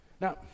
Now